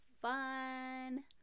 fun